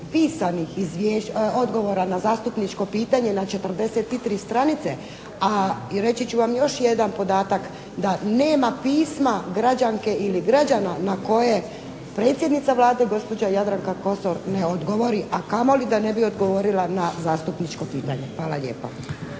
pisanih odgovora na zastupničko pitanje na 43 stranice, a reći ću vam i još jedan podatak da nema pisma građanke ili građana na koje predsjednica Vlade gospođa Jadranka Kosor ne odgovori, a kamoli da ne bi odgovorila na zastupničko pitanje. Hvala lijepa.